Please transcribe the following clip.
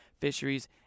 fisheries